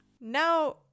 Now